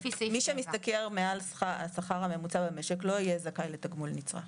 מי שמשתכר מעל השכר הממוצע במשק לא יהיה זכאי לתגמול נצרך.